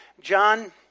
John